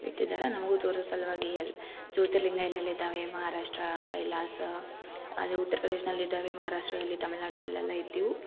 ಇಟ್ಟಿದ್ದಾರೆ ನಮಗೂ ತೋರೊ ಸಲುವಾಗಿ ಎಲ್ಲಿ ಜ್ಯೋತಿರ್ಲಿಂಗ ಎಲ್ಲೆಲ್ಲಿದ್ದಾವೆ ಮಹಾರಾಷ್ಟ್ರ ಕೈಲಾಸ ಅದು ಉತ್ರ ಪ್ರದೇಶ್ದಲ್ಲಿ ಇದ್ದಾವೆ ಮಹಾರಾಷ್ಟ್ರದಲ್ಲಿ ತಮಿಳುನಾಡು ಅವೆಲ್ಲೆಲ್ಲ ಇದ್ದವು